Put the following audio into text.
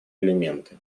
элементы